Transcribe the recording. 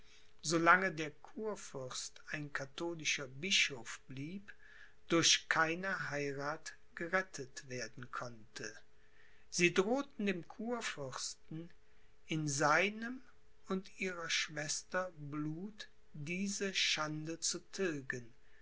lange der kurfürst ein katholischer bischof blieb durch keine heirath gerettet werden konnte sie drohten dem kurfürsten in seinem und ihrer schwester blut diese schande zu tilgen